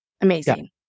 amazing